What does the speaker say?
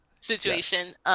situation